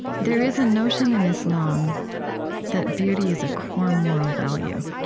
there is a notion in islam that beauty is a core moral value.